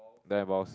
don't have balls